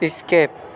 skip